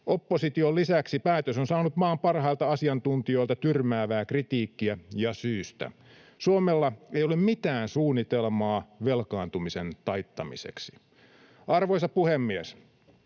Opposition lisäksi päätös on saanut maan parhailta asiantuntijoilta tyrmäävää kritiikkiä — ja syystä. Suomella ei ole mitään suunnitelmaa velkaantumisen taittamiseksi. Arvoisa puhemies!